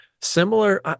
similar